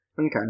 Okay